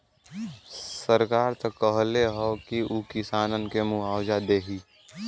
सरकार त कहले हौ की उ किसानन के मुआवजा देही